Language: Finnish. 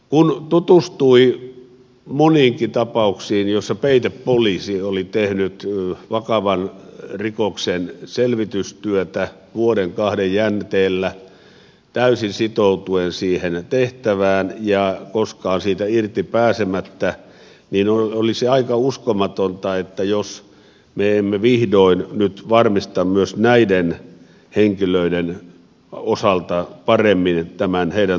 kun tutustui moniinkin tapauksiin joissa peitepoliisi oli tehnyt vakavan rikoksen selvitystyötä vuoden kahden jänteellä täysin sitoutuen siihen tehtävään ja koskaan siitä irti pääsemättä niin olisi aika uskomatonta jos me emme vihdoin nyt varmista myös näiden henkilöiden osalta paremmin heidän turvallisuuttaan